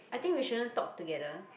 I think we shouldn't talk together